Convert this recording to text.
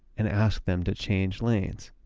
and asked them to change lanes